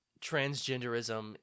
transgenderism